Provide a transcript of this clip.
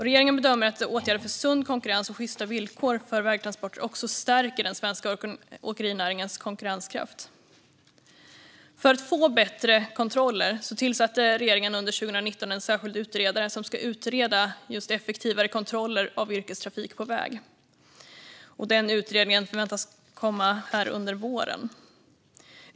Regeringen bedömer att åtgärder för sund konkurrens och sjysta villkor för vägtransporter också stärker den svenska åkerinäringens konkurrenskraft. För att få bättre kontroller tillsatte regeringen under 2019 en särskild utredare som ska utreda just effektivare kontroller av yrkestrafik på väg. Den utredningen förväntas komma under våren.